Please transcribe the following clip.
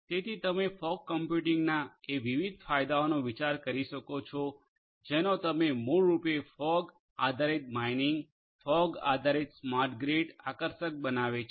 તેથી તમે ફોગ કમ્પ્યુટિંગના એ વિવિધ ફાયદાઓનો વિચાર કરી શકો છો જેનો તમે મૂળરૂપે ફોગ આધારિત માઇનિંગ ફોગ આધારિત સ્માર્ટ ગ્રીડ આકર્ષક બનાવે છે